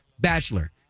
bachelor